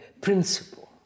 principle